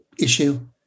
issue